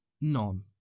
None